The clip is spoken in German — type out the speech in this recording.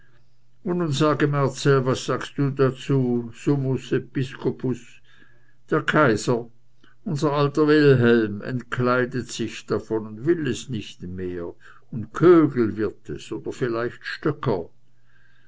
und nun sage marcell was sagst du dazu summus episcopus der kaiser unser alter wilhelm entkleidet sich davon und will es nicht mehr und kögel wird es oder vielleicht stoecker